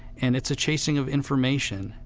and it's a chasing of information,